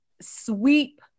sweep